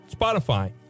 Spotify